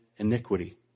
Iniquity